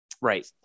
right